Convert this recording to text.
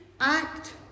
act